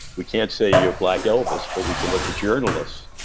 we can't say you're black elvis, but we can let the journalists,